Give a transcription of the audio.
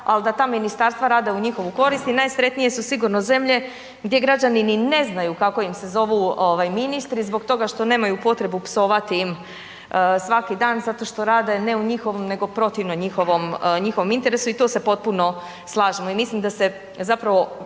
ali da ta ministarstva rade u njihovu korist i najsretnije su sigurno zemlje gdje građani ni ne znaju kako im se zovu ovaj ministri zbog toga što nemaju potrebu psovati im svaki dan zato što rade ne u njihovom nego protivno njihovom interesu. I tu se potpuno slažemo. I mislim da se zapravo